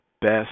best